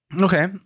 okay